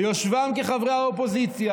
ביושבם כחברי האופוזיציה,